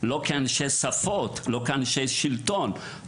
לא כאנשי שפות; לא כאנשי שלטון.